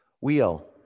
Wheel